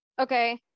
Okay